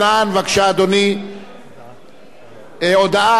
הודעה לסגן מזכירת הכנסת, בבקשה, אדוני.